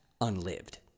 unlived